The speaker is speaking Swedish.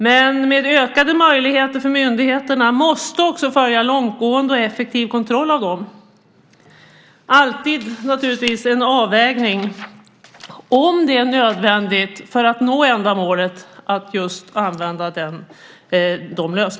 Men med ökade möjligheter för myndigheterna måste också följa långtgående och effektiv kontroll av dem. Det är naturligtvis alltid en avvägning om det är nödvändigt att använda de lösningarna för att nå ändamålet.